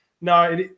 No